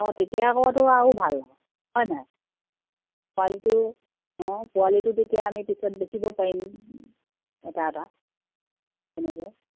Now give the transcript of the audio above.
অঁ তেতিয়া আকৌতো আৰু ভাল হ'ব হয় নহয় পোৱালিটো অঁ পোৱালিটো তেতিয়া আমি পিছত বেচিব পাৰিম এটা এটা তেনেকৈ